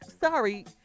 sorry